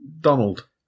Donald